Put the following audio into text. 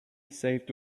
saved